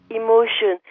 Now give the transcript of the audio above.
emotion